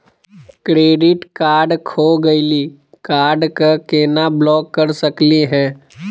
Credit card खो गैली, card क केना ब्लॉक कर सकली हे?